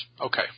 Okay